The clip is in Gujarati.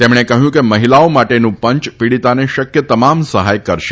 તેમણે કહ્યું છે કે મહિલાઓ માટેનું પંચ પિડીતાને શક્ય તમામ સહાય કરશે